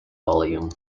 volume